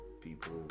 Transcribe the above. people